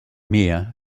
mir